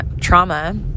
trauma